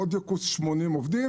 אודיוקורס 80 עובדים.